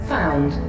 Found